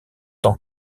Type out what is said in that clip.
tant